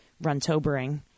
run-tobering